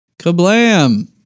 Kablam